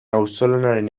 auzolanaren